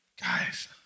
Guys